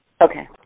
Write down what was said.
Okay